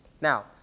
Now